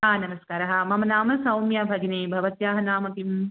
नमस्कारः मम नाम सौम्या भगिनी भवत्याः नाम किम्